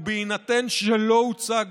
ובהינתן שלא הוצג